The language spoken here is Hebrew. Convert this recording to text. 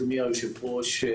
אדוני היושב-ראש,